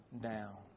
down